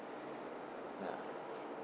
ya